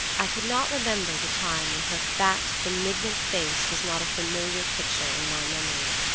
i could not remember the time when her fat, benignant face was not a familiar picture in my memory.